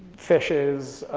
fishes,